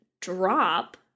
drop